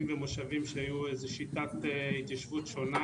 ומושבים שהיו איזו שיטת התיישבות שונה,